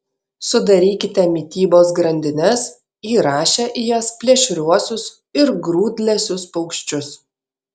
sudarykite mitybos grandines įrašę į jas plėšriuosius ir grūdlesius paukščius